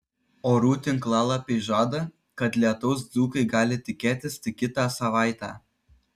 orų tinklalapiai žada kad lietaus dzūkai gali tikėtis tik kitą savaitę